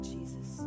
Jesus